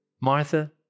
Martha